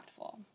impactful